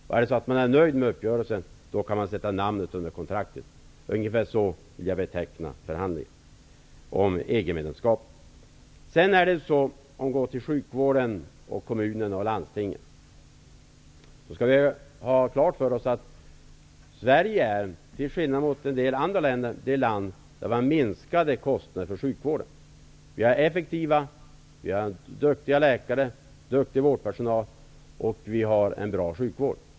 Om man blir nöjd med uppgörelsen sätter namnet under kontraktet. Det är ungefär så som jag vill beteckna Vi skall ha klart för oss, när det gäller sjukvården, kommunerna och landstingen att Sverige, till skillnad mot en del andra länder, är det land som har minskade kostnader för sjukvården. Vi har effektiva, duktiga läkare, duktig vårdpersonal och en bra sjukvård.